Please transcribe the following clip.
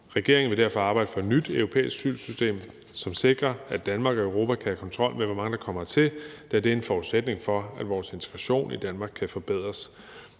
Regeringen vil derfor arbejde for et nyt europæisk asylsystem, som sikrer, at Danmark og Europa kan have kontrol med, hvor mange der kommer hertil, da det er en forudsætning for, at vores integration i Danmark kan forbedres.